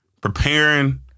preparing